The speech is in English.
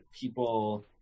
people